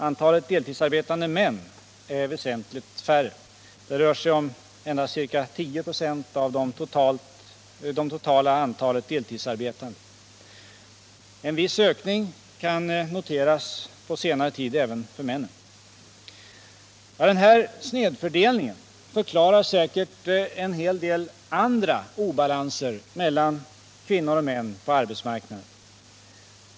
Antalet deltidsarbetande män är väsentligt mindre — endast ca 10 96 av det totala antalet deltidsarbetande. En viss ökning kan noteras på senare tid även för männen. Den här snedfördelningen förklarar säkert en hel del andra obalanser mellan kvinnor och män på arbetsmarknaden.